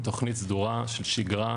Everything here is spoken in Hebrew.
תודה רבה, סימון.